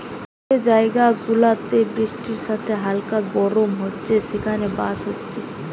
যে জায়গা গুলাতে বৃষ্টির সাথে হালকা গরম হচ্ছে সেখানে বাঁশ হচ্ছে